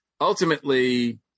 Ultimately